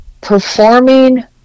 Performing